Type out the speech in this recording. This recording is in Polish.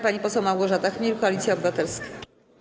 Pani poseł Małgorzata Chmiel, Koalicja Obywatelska.